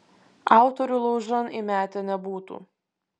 autorių laužan įmetę nebūtų